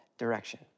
Direction